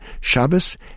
Shabbos